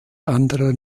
anderer